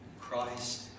Christ